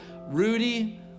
Rudy